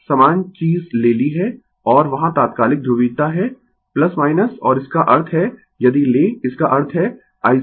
समान चीज ले ली है और वहां तात्कालिक ध्रुवीयता है और इसका अर्थ है यदि ले इसका अर्थ है ICdqdt